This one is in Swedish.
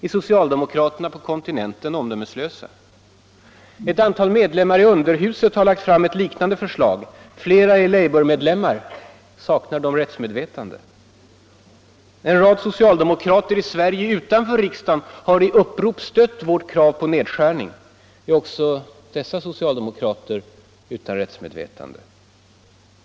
Är socialdemokraterna på kontinenten omdömeslösa? Ett antal medlemmar i underhuset har lagt fram ett liknande förslag. Flera är labourmedlemmar. Saknar de rättsmedvetande? En rad socialdemokrater i Sverige utanför riksdagen har i upprop stött vårt krav på nedskärning. Är också dessa socialdemokrater utan rättsmedvetande?